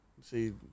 See